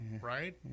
right